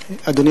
חוקה,